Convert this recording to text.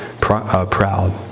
proud